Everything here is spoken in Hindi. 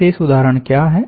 विशेष उदाहरण क्या हैं